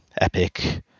epic